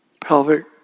pelvic